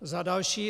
Za další.